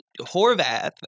Horvath